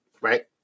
right